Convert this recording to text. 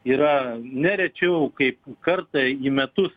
yra ne rečiau kaip kartą į metus